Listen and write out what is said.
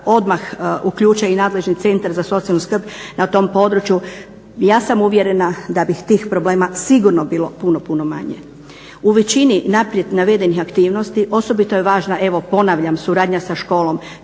odmah uključe i nadležni Centar za socijalnu skrb na tom području ja sam uvjerena da bi tih problema sigurno bilo puno, puno manje. U većini naprijed navedenih aktivnosti osobito je važna evo ponavljam suradnja sa školom